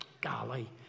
golly